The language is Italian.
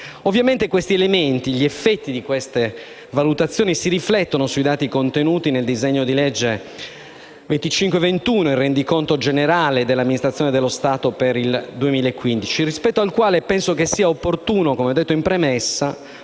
Ovviamente gli elementi e gli effetti di queste valutazioni si riflettono sui dati contenuti nel disegno di legge n. 2521 (Rendiconto generale dell'amministrazione dello Stato per l'esercizio finanziario 2015), rispetto al quale penso sia opportuno - come ho detto in premessa